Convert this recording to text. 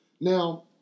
Now